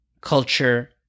culture